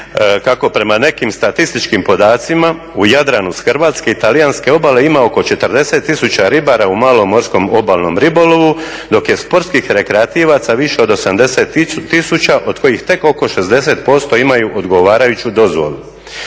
kako prema nekim statističkim podacima u Jadranu s hrvatske i talijanske obale ima oko 40 tisuća ribara u malom morskom obalnom ribolovu dok je sportskih rekreativaca više od 80 tisuća od kojih tek oko 60% imaju odgovarajuću dozvolu.